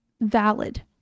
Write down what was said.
valid